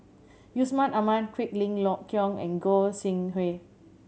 Yusman Aman Quek Ling Kiong and Goi Seng Hui